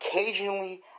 occasionally